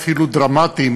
אפילו דרמטיים,